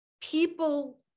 people